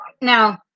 Now